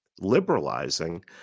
liberalizing